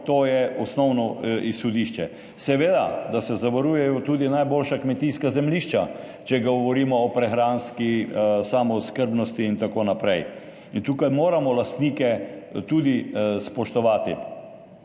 to je osnovno izhodišče, seveda da se zavarujejo tudi najboljša kmetijska zemljišča, če govorimo o prehranski samooskrbnosti in tako naprej, in tukaj moramo lastnike tudi spoštovati